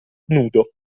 nudo